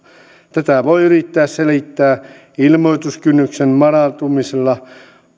tätä voi yrittää selittää ilmoituskynnyksen madaltumisella